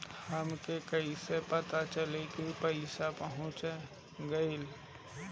हमके कईसे पता चली कि पैसा पहुच गेल?